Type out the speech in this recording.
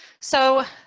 so,